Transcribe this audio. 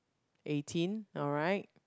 eighteen alright